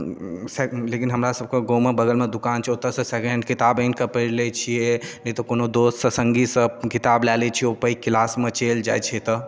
से लेकिन हमरा सभके गाँवमे बगलमे दोकान छै ओतऽसँ सेकेण्ड किताब आनिकऽ पढ़ि लै छियै नहि तऽ कोनो दोससँ सङ्गीसँ किताब लए लै छियै ओ पैघ क्लासमे चलि जाइ छियै तऽ